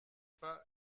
pas